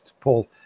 Paul